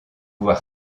voir